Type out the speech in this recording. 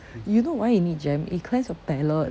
you know why you need jam it cleanse your palette